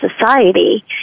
society